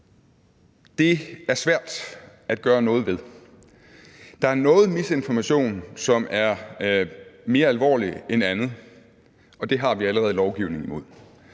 det er svært at gøre noget ved. Der er noget misinformation, som er mere alvorligt end andet, og det har vi allerede lovgivning imod.